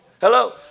hello